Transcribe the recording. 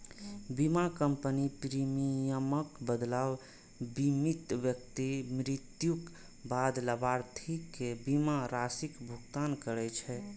बीमा कंपनी प्रीमियमक बदला बीमित व्यक्ति मृत्युक बाद लाभार्थी कें बीमा राशिक भुगतान करै छै